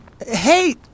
Hey